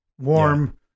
warm